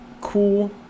Cool